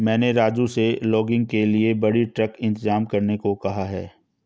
मैंने राजू से लॉगिंग के लिए बड़ी ट्रक इंतजाम करने को कहा है